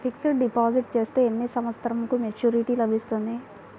Fixed deposit చేస్తే ఎన్ని సంవత్సరంకు మెచూరిటీ లభిస్తుంది?